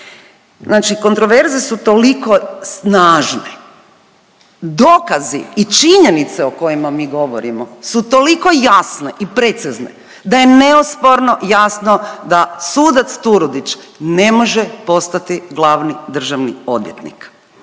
kontroverze su toliko snažene, dokazi i činjenice o kojima mi govorimo su toliko jasne i precizne da je neosporno jasno da sudac Turudić ne može postati glavni državni odvjetnik.